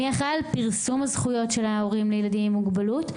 מי אחריו על פרסום הזכויות להורים לילדים עם מוגבלות.